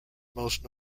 most